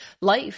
life